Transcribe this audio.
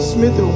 Smith &